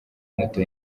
moto